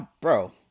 bro